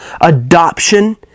adoption